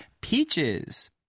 Peaches